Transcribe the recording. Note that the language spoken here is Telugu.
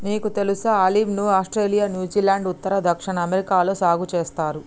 నీకు తెలుసా ఆలివ్ ను ఆస్ట్రేలియా, న్యూజిలాండ్, ఉత్తర, దక్షిణ అమెరికాలలో సాగు సేస్తారు